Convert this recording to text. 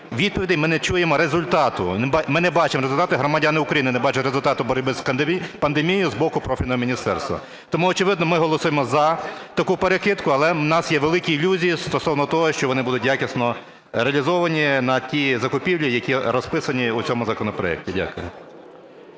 відповідей, ми не чуємо результату, ми не бачимо результату, громадяни України не бачать результату боротьби з пандемією з боку профільного міністерства. Тому, очевидно, ми голосуємо за таку перекидку, але у нас є великі ілюзії стосовно того, що вони будуть якісно реалізовані на ті закупівлі, які розписані у цьому законопроекті. Дякую.